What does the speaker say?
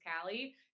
Callie